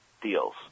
deals